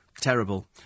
terrible